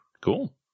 Cool